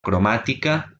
cromàtica